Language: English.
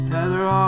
Heather